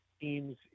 teams